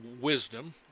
wisdom